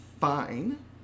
fine